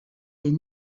des